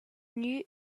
gnü